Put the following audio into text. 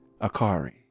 Akari